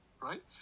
right